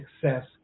success